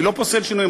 אני לא פוסל שינויים.